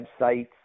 websites